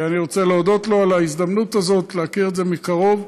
אני רוצה להודות לו על ההזדמנות הזאת להכיר את זה מקרוב.